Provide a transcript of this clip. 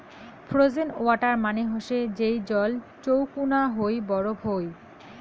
frozen water মানে হসে যেই জল চৌকুনা হই বরফ হই